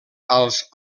als